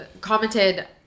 commented